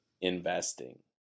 investing